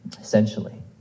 Essentially